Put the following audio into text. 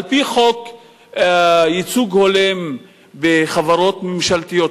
על-פי חוק ייצוג הולם בחברות ממשלתיות,